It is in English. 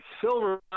silver